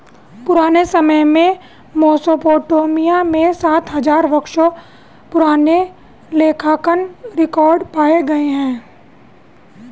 पुराने समय में मेसोपोटामिया में सात हजार वर्षों पुराने लेखांकन रिकॉर्ड पाए गए हैं